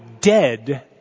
dead